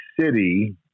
city